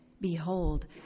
Behold